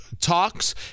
talks